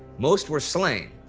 most were slain.